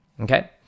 Okay